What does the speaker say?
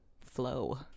flow